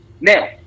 now